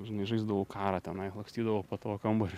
žinai žaisdavau karą tenai lakstydavau po tavo kambarį